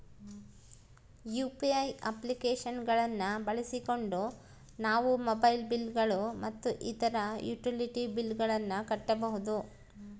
UPI application ಗಳನ್ನ ಬಳಸಿಕೊಂಡು ನಾವು ಮೊಬೈಲ್ ಬಿಲ್ ಗಳು ಮತ್ತು ಇತರ ಯುಟಿಲಿಟಿ ಬಿಲ್ ಗಳನ್ನ ಕಟ್ಟಬಹುದು